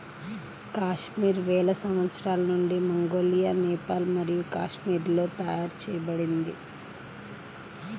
కాశ్మీర్ వేల సంవత్సరాల నుండి మంగోలియా, నేపాల్ మరియు కాశ్మీర్లలో తయారు చేయబడింది